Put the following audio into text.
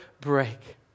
break